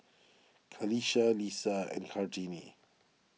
Qalisha Lisa and Kartini